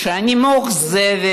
שאני מאוכזבת